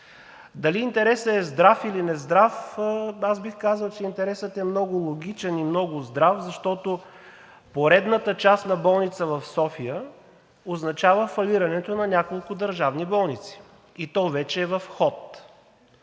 Дали интересът е здрав, или нездрав, аз бих казал, че интересът е много логичен и много здрав, защото поредната частна болница в София означава фалирането на няколко държавни болници, което вече е в ход.